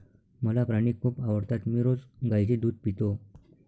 मला प्राणी खूप आवडतात मी रोज गाईचे दूध पितो